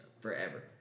forever